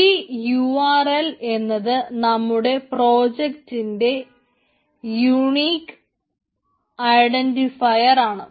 ഈ യുആർഎൽ എന്നത് നമ്മുടെ പ്രോജക്റ്റിന്റെ യൂണിക് ഐഡന്റിഫയർ ആണ്